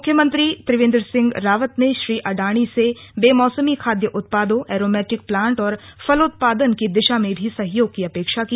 मुख्यमंत्री त्रिवेंद्र सिंह रावत ने श्री अडाणी से बेमौसमी खाद्य उत्पादों एरोमेटिक प्लान्ट और फलोत्पादन की दिशा में भी सहयोग की अपेक्षा की